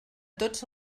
tots